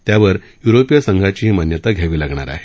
त्यावर युरोपीय संघाचीही मान्यता घ्यावी लागणार आहे